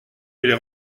les